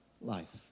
life